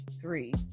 three